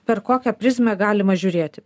per kokią prizmę galima žiūrėti